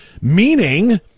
meaning